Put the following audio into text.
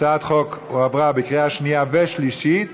התשע"ט 2018, עבר בקריאה שלישית.